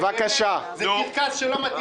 זה קרקס שלא מתאים.